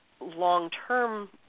long-term